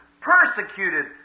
persecuted